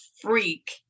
freak